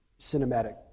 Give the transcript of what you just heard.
cinematic